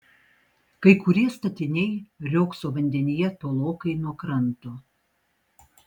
kai kurie statiniai riogso vandenyje tolokai nuo kranto